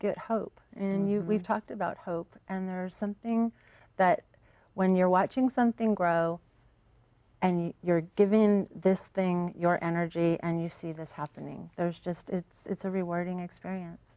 get hope and you we've talked about hope and there's something that when you're watching something grow and you're given this thing your energy and you see this happening there's just it's a rewarding experience